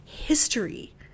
history